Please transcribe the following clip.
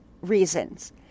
reasons